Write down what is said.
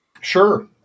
Sure